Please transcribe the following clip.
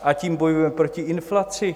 A tím bojujeme proti inflaci.